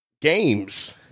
games